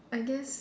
I guess